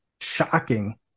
shocking